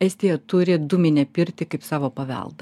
estija turi dūminę pirtį kaip savo paveldą